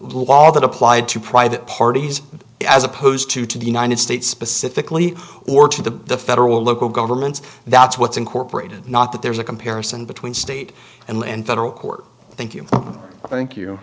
laws that apply to private parties as opposed to to the united states specifically or to the federal local governments that's what's incorporated not that there's a comparison between state and federal court thank you but i think you